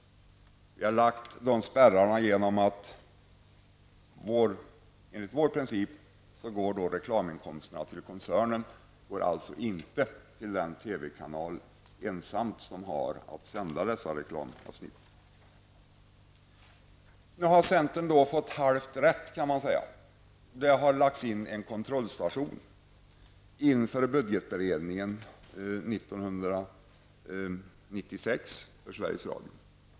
Vi har lagt in de spärrarna på så sätt att reklaminkomsterna enligt vår princip skall gå till koncernen och alltså inte till den TV kanal som ensam har att sända dessa reklamavsnitt. Man kan säga att centern nu har fått halvt rätt i och med att det har lagts in en kontrollstation inför budgetberedningen 1996 för Sveriges Radio.